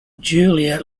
julia